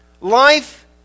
Life